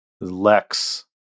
Lex